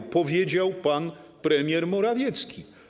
Tak powiedział pan premier Morawiecki.